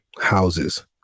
houses